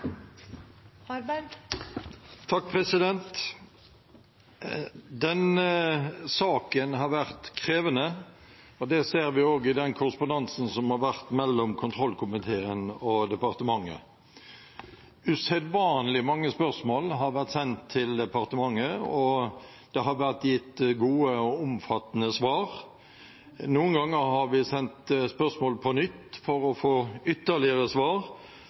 saken har vært krevende. Det ser vi også i den korrespondansen som har vært mellom kontrollkomiteen og departementet. Usedvanlig mange spørsmål har vært sendt til departementet, og det har vært gitt gode og omfattende svar. Noen ganger har vi sendt spørsmål på nytt for å få ytterligere svar,